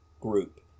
group